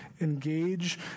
engage